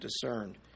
discerned